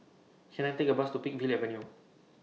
Can I Take A Bus to Peakville Avenue